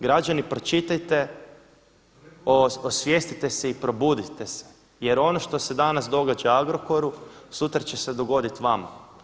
Građani pročitajte, osvijestite se i probudite se jer ono što se danas događa Agrokoru sutra će se dogodit vama.